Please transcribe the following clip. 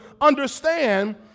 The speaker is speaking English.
understand